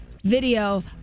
video